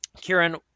Kieran